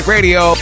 Radio